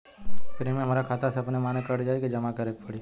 Premium हमरा खाता से अपने माने कट जाई की जमा करे के पड़ी?